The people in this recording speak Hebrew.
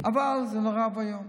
אבל זה נורא ואיום.